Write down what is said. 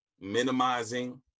minimizing